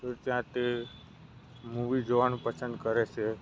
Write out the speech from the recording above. તો ત્યાં તે મૂવી જોવાનું પસંદ કરે છે